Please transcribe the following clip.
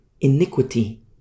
iniquity